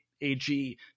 AG